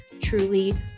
truly